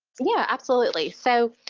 yeah, absolutely. so,